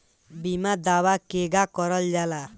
बीमा दावा केगा करल जाला?